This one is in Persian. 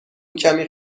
کمی